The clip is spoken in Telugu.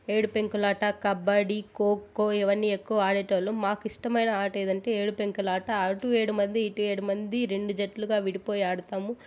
ఏడుపెంకులాట కబాడ్డీ ఖోఖో ఇవన్నీ ఎక్కువ ఆడేటోళ్లం మాకు ఇష్టమైన ఆట ఏదంటే ఏడుపెంకలాట అటు ఏడు మంది ఇటు ఏడు మంది రెండు జట్లుగా విడిపోయి ఆడతాము